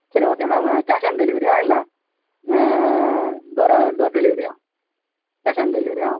சரி okay ma'am cash on டெலிவரியா இல்லை டோரு டோர் டெலிவரியா கேஷ் ஆன் டெலிவரியா